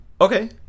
Okay